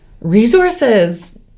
resources